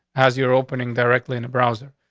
has your opening directly in the browser.